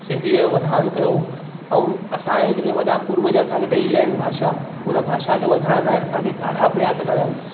सिंधीअ जो वधान कयो ऐं असांजे जेके वॾा पूर्वज असांखे ॾेई विया आहिनि भाषा उन भाषा खे वधाइण लाइ असांखे ॾाढा प्रयास करिणा आहिनि